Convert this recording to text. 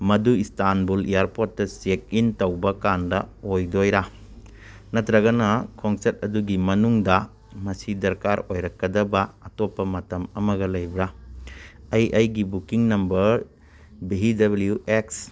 ꯃꯗꯨ ꯏꯁꯇꯥꯟꯕꯨꯜ ꯏꯌꯔꯄꯣꯔꯠꯇ check in ꯇꯧꯕꯀꯥꯟꯗ ꯑꯣꯏꯗꯣꯏꯔꯥ ꯅꯠꯇ꯭ꯔꯒꯅ ꯈꯣꯡꯆꯠ ꯑꯗꯨꯒꯤ ꯃꯅꯨꯡꯗ ꯃꯁꯤ ꯗꯔꯀꯥꯔ ꯑꯣꯏꯔꯛꯀꯗꯕ ꯑꯇꯣꯞꯄ ꯃꯇꯝ ꯑꯃꯒ ꯂꯩꯕ꯭ꯔꯥ ꯑꯩ ꯑꯩꯒꯤ booking number V W X